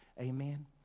Amen